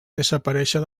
desaparèixer